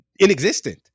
inexistent